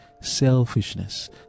selfishness